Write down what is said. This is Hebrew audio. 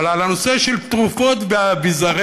אבל על הנושא של תרופות ואביזרי